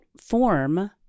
form